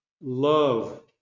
love